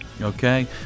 Okay